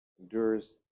endures